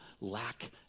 lack